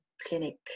clinic